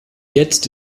jetzt